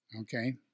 Okay